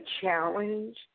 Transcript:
challenge